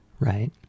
Right